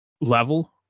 level